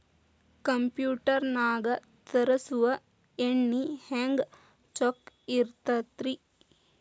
Computer ನಾಗ ತರುಸುವ ಎಣ್ಣಿ ಹೆಂಗ್ ಚೊಕ್ಕ ಇರತ್ತ ರಿ?